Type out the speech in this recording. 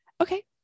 okay